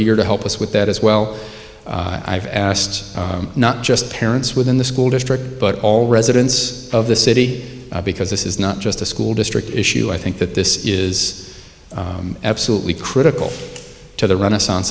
eager to help us with that as well i've asked not just parents within the school district but all residents of the city because this is not just a school district issue i think that this is absolutely critical to the renaissance